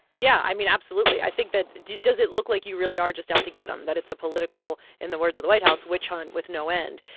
yeah. i mean, absolutely. i think that does it look like you really are just out to get him, that it's a political in the words of the white house witch hunt with no end?